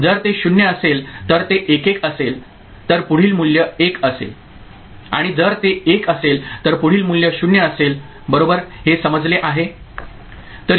जर ते 0 असेल तर ते 1 1 असेल तर पुढील मूल्य 1 असेल आणि जर ते 1 असेल तर पुढील मूल्य 0 असेल बरोबर हे समजले आहे